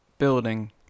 building